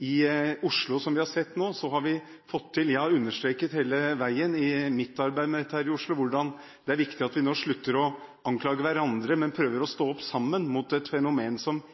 I mitt arbeid med dette i Oslo har jeg hele veien understreket at det er viktig at vi nå slutter å anklage hverandre, men prøver å stå opp sammen mot et fenomen som